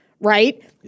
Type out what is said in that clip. right